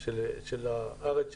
של הארץ שלנו: